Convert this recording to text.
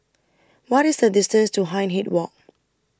What IS The distance to Hindhede Walk